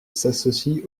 s’associe